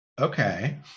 okay